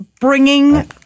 bringing